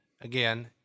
again